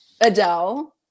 Adele